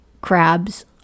crabs